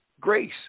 Grace